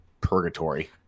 purgatory